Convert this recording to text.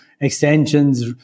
extensions